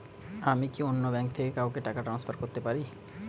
আমি কি অন্য ব্যাঙ্ক থেকে কাউকে টাকা ট্রান্সফার করতে পারি?